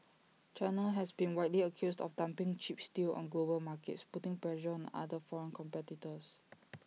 China has been widely accused of dumping cheap steel on global markets putting pressure on other foreign competitors